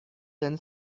than